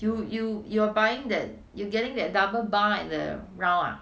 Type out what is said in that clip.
you you you're buying that you're getting that double buy the round ah